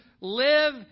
live